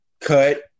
cut